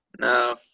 No